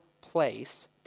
place